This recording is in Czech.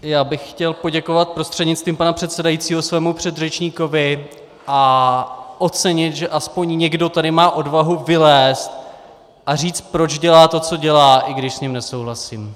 Já bych chtěl poděkovat prostřednictvím pana předsedajícího svému předřečníkovi a ocenit, že aspoň někdo tady má odvahu vylézt a říct, proč dělá to, co dělá, i když s ním nesouhlasím.